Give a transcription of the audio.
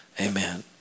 amen